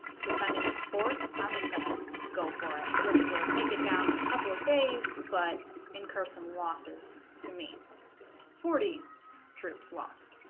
defending this fort i'm just gonna go for it which will take it down in a couple of days but incur some losses to me forty troops lost